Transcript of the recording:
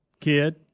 Kid